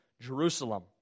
Jerusalem